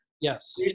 Yes